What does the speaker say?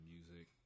Music